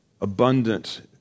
abundant